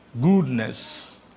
Goodness